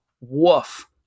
Woof